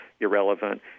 irrelevant